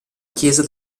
chiesa